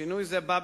שינוי זה בא,